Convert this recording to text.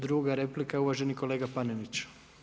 Druga replika uvaženi kolega Panenić.